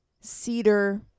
Cedar